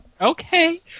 okay